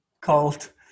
called